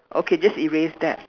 okay just erase that